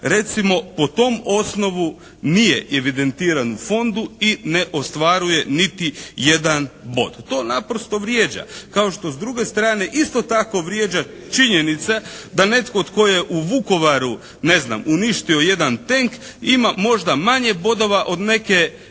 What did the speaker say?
recimo po tom osnovu nije evidentiran u fondu i ne ostvaruje niti jedan bod. To naprosto vrijeđa, kao što s druge strane isto tako vrijeđa činjenica da netko tko je u Vukovaru ne znam uništio jedan tenk ima možda manje bodova od neke